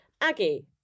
Aggie